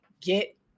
get